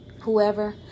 whoever